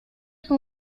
con